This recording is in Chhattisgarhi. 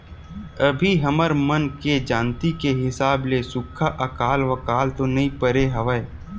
अभी हमर मन के जानती के हिसाब ले सुक्खा अकाल वकाल तो नइ परे हवय